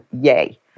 yay